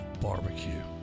Barbecue